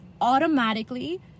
automatically